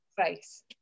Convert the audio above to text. face